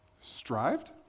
strived